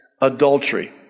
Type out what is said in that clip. adultery